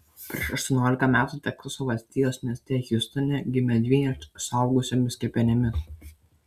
prieš aštuoniolika metų teksaso valstijos mieste hjustone gimė dvynės suaugusiomis kepenimis